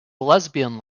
lesbian